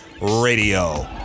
Radio